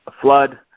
flood